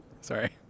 Sorry